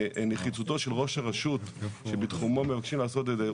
נחיצותו של ראש הרשות שבתחומו מבקשים לעשות את זה.